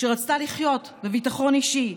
שרצתה לחיות בביטחון אישי,